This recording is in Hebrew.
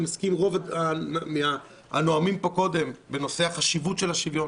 אני מסכים עם רוב הנואמים פה קודם בנושא חשיבות השוויון